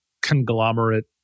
Conglomerate